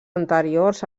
anteriors